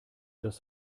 das